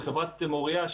עם חברת מוריה,